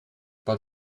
but